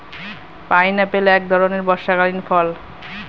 pineapple এক ধরণের বর্ষাকালীন ফল